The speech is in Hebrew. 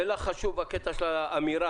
ולך חשוב הקטע של האמירה,